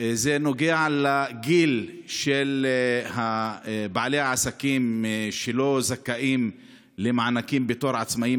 נוגע לגיל של בעלי העסקים שלא זכאים למענקים בתור עצמאים.